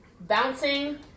Bouncing